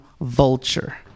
Vulture